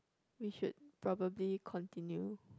we should probably continue